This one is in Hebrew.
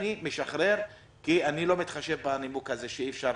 אני משחרר כי אני לא מתחשב בנימוק שאי אפשר